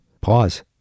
pause